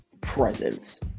presence